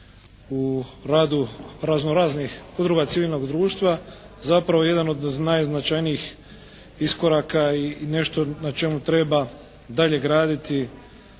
u radu raznoraznih udruga civilnog društva zapravo jedan od najznačajnijih iskoraka i nešto na čemu treba dalje graditi